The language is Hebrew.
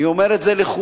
אני אומר את זה לכולנו,